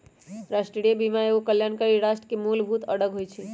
राष्ट्रीय बीमा एगो कल्याणकारी राष्ट्र के मूलभूत अङग होइ छइ